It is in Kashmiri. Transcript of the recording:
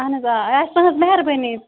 اہن حظ آ یہِ آسہِ تُہٕنٛز مہربٲنی